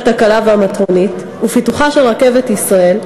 הקלה והמטרונית ופיתוחה של רכבת ישראל,